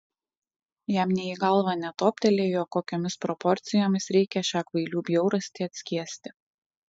jam nė į galvą netoptelėjo kokiomis proporcijomis reikia šią kvailių bjaurastį atskiesti